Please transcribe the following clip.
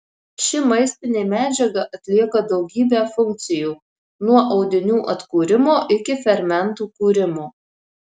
ši maistinė medžiaga atlieka daugybę funkcijų nuo audinių atkūrimo iki fermentų kūrimo